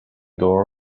door